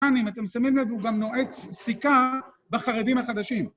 כאן, אם אתם שמים לב, הוא גם נועץ סיכה בחרדים החדשים.